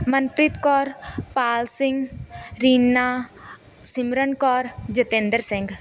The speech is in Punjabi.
ਮਨਪ੍ਰੀਤ ਕੌਰ ਪਾਲ ਸਿੰਘ ਰੀਨਾ ਸਿਮਰਨ ਕੌਰ ਜਤਿੰਦਰ ਸਿੰਘ